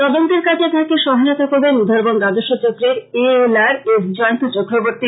তদন্তের কাজে তাঁকে সহায়তা করবেন উধারবন্দ রাজস্ব চক্রের A L R S Jayanta Chakraborty